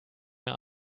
mehr